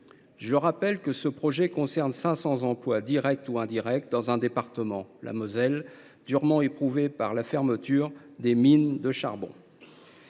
Je rappelle que ce projet concerne 500 emplois, directs ou indirects, dans un département, la Moselle, durement éprouvé par la fermeture des mines de charbon.